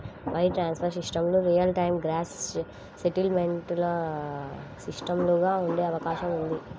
wire transfer సిస్టమ్లు real time gross settlement సిస్టమ్లుగా ఉండే అవకాశం ఉంది